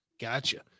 Gotcha